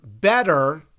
better